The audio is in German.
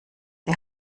die